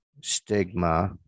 stigma